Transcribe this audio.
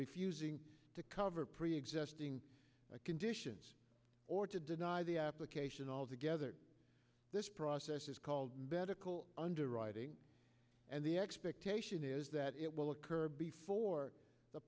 refusing to cover preexisting conditions or to deny the application altogether this process is called medical underwriting and the expectation is that it will occur before the